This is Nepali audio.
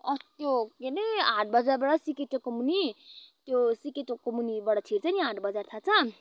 त्यो के अरे हाट बजारबाट सिके चोकको मुनि त्यो सिके चोकको मुनिबाट छिर्छ नि हाट बजार थाहा छ